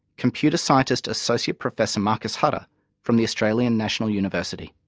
computer scientist associate professor marcus hutter from the australian national university.